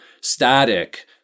static